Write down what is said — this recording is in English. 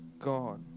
God